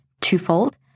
twofold